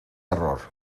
error